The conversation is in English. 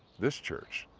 this church,